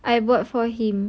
I bought for him